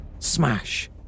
Smash